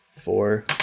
Four